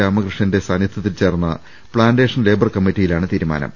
രാമകൃഷ്ണന്റെ സാന്നിധ്യത്തിൽചേർന്ന plantation labour കമ്മിറ്റിയിലാണ് തീരുമാനം